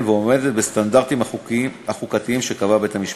ועומדת בסטנדרטים החוקתיים שקבע בית-המשפט.